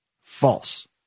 False